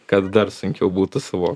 kad dar sunkiau būtų suvo